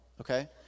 okay